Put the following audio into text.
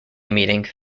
meeting